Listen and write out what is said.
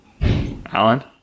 Alan